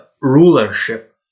rulership